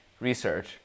research